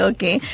Okay